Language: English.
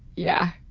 yeah.